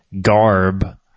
garb